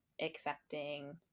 accepting